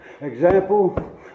example